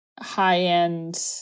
high-end